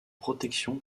protection